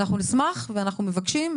אנחנו נשמח ואנחנו מבקשים,